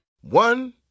One